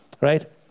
right